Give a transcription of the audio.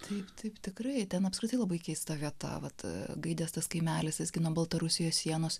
taip taip tikrai ten apskritai labai keista vieta vat gaidės tas kaimelis jisgi nuo baltarusijos sienos